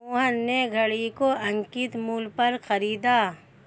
मोहन ने घड़ी को अंकित मूल्य पर खरीदा